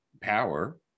power